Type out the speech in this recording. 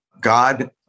God